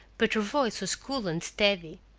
but her voice was cool and steady.